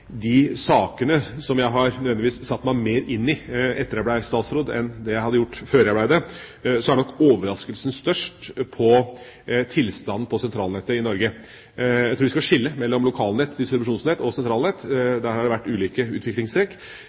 de sakene som jeg nødvendigvis har satt meg mer inn i etter at jeg ble statsråd, enn det jeg hadde gjort før jeg ble det, så er nok overraskelsen størst over tilstanden til sentralnettet i Norge. Jeg tror vi skal skille mellom lokalnett, distribusjonsnett og sentralnett. Der har det vært ulike utviklingstrekk,